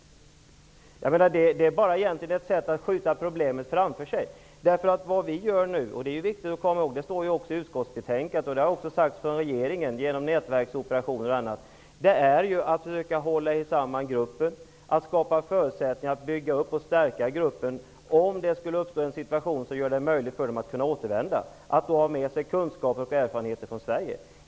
Detta är egentligen bara ett sätt att skjuta problemen framför sig. Det är viktigt att komma ihåg att det som vi nu gör -- det framhålls i utskottsbetänkandet och har även understrukits av regeringen -- i form av nätverksoperationer osv. är att försöka hålla samman gruppen. Vi skall skapa förutsättningar för att bygga upp och stärka gruppen, om det skulle uppstå en situation där det är möjligt för dem att återvända. De skall då ha med sig kunskaper och erfarenheter från Sverige.